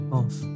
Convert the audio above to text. off